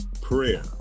prayer